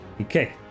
okay